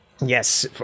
Yes